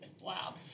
Wow